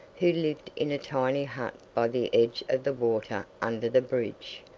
who lived in a tiny hut by the edge of the water under the bridge.